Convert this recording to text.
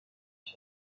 این